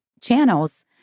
channels